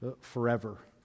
forever